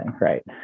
Right